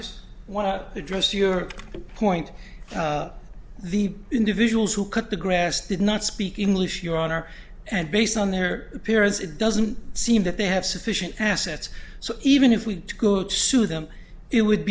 just want to address your point the individuals who cut the grass did not speak english your honor and based on their appearance it doesn't seem that they have sufficient assets so even if we do good sue them it would